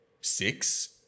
six